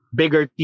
bigger